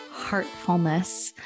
heartfulness